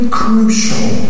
crucial